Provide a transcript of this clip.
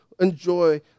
enjoy